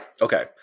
Okay